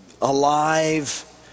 alive